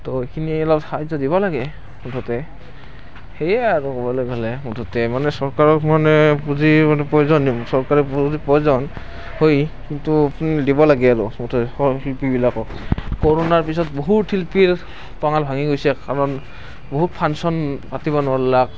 তো সেইখিনি অলপ সাহাৰ্য্য দিব লাগে মুঠতে সেয়াই আৰু ক'বলে গ'লে মুঠতে মানে চৰকাৰক মানে পুঁজিৰ মানে প্ৰয়োজন নি চৰকাৰে পুঁজি প্ৰয়োজন হয় কিন্তু আপুনি দিব লাগে আৰু মুঠতে সকলো শিল্পীবিলাকক কৰোণাৰ পিছত বহুত শিল্পীৰ কঙাল ভাঙি গৈছে কাৰণ বহুত ফাংচন পাতিব নৰল্লাক